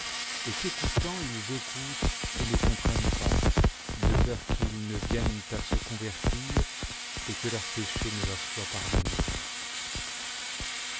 et qu'écoutant ils écoutent et ne comprennent pas de peur qu'ils ne viennent à se convertir et que leurs péchés ne leur soient pardonnes